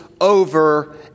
over